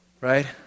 right